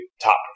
top